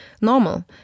normal